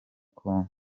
kongo